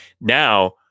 now